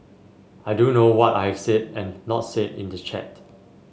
I do know what I have said and not said in the chat